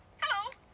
Hello